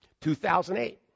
2008